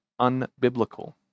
unbiblical